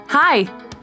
Hi